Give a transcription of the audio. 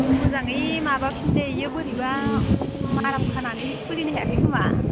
अ' मोजाङै माबाफिन दे बेयो बोरैबा माराम खानानै खुलिनो हायाखै खोमा